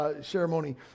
ceremony